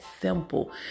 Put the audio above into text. simple